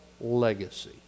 legacy